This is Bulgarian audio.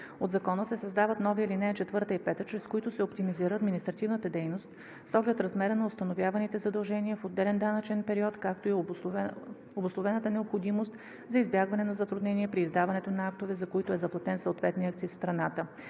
от Закона се създават нови ал. 4 и 5, чрез които се оптимизира административната дейност с оглед размера на установяваните задължения в отделен данъчен период, както и обусловената необходимост за избягване на затруднения при издаването на актове, за които е заплатен съответния акциз в страната.